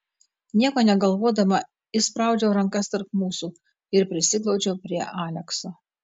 nieko negalvodama įspraudžiau rankas tarp mūsų ir prisiglaudžiau prie alekso